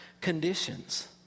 conditions